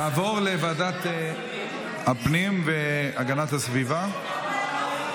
תעבור לוועדת הפנים והגנת הסביבה.